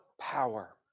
power